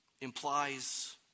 implies